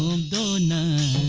and you know